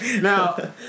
Now